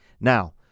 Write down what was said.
now